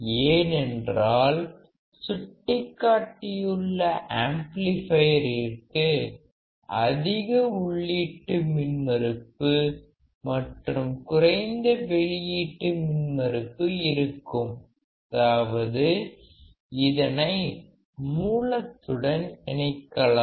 ஏனென்றால் சுட்டிக்காட்டியுள்ள ஆம்ப்ளிபையரிற்கு அதிக உள்ளீட்டு மின்மறுப்பு மற்றும் குறைந்த வெளியீட்டு மின் மறுப்பு இருக்கும் அதாவது இதனை மூலத்துடன் இணைக்கலாம்